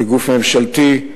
כגוף ממשלתי,